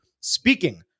Speaking